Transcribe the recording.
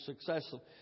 successful